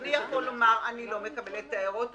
אדוני יכול לומר: אני לא מקבל את ההערות,